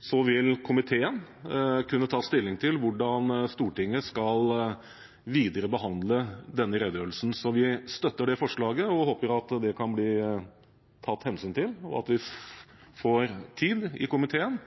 Så vil komiteen kunne ta stilling til hvordan Stortinget skal behandle denne redegjørelsen videre. Vi støtter det forslaget, vi håper det kan bli tatt hensyn til, og at vi får tid i komiteen